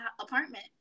apartment